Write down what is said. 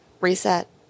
reset